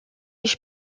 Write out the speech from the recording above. își